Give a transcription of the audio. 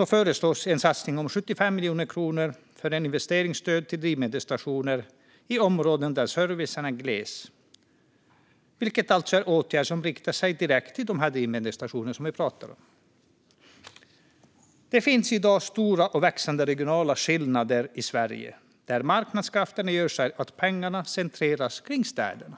om, föreslås en satsning på 75 miljoner kronor för ett investeringsstöd till drivmedelsstationer i områden där servicen är gles, vilket alltså är en åtgärd som riktar sig direkt till de drivmedelsstationer som vi pratar om. Det finns i dag stora och växande regionala skillnader i Sverige, där marknadskrafterna gör så att pengarna centreras kring städerna.